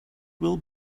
will